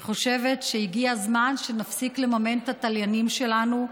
אני חושבת שהגיע הזמן שנפסיק לממן את התליינים שלנו.